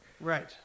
Right